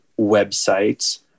websites